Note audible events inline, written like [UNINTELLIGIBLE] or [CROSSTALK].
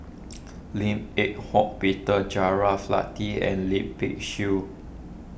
Lim Eng Hock Peter [UNINTELLIGIBLE] Latiff and Lip Pin Xiu